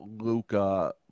Luca